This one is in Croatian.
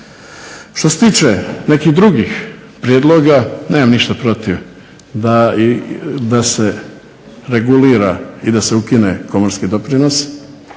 Što se tiče nekih drugih prijedloga nemam ništa protiv da se regulira i da se ukine komorski doprinos